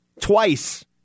Twice